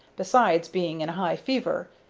besides being in a high fever.